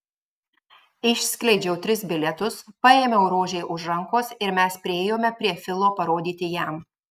išskleidžiau tris bilietus paėmiau rožei už rankos ir mes priėjome prie filo parodyti jam